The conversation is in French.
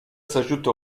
s’ajoute